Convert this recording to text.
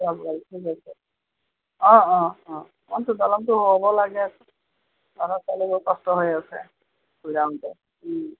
অঁ অঁ অঁ দলংটো হ'ব লাগে আছে ল'ৰা ছোৱালীবােৰ কষ্ট হৈ আছে